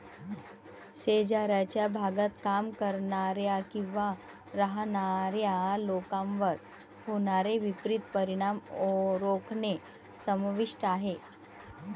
शेजारच्या भागात काम करणाऱ्या किंवा राहणाऱ्या लोकांवर होणारे विपरीत परिणाम रोखणे समाविष्ट आहे